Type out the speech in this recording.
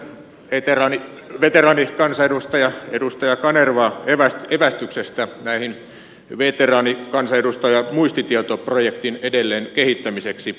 kiitän veteraanikansanedustaja kanervaa evästyksestä tämän veteraanikansanedustajamuistitietoprojektin edelleen kehittämiseksi